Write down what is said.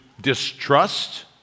distrust